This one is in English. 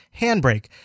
handbrake